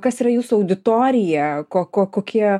kas yra jūsų auditorija ko ko kokie